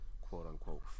quote-unquote